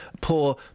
poor